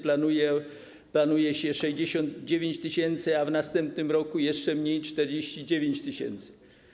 Planuje się 69 tys., a w następnym roku jeszcze mniej, 49 tys.